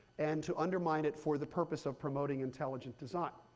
and to undermine it for the purpose of promoting intelligent design.